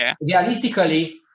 realistically